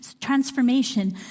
transformation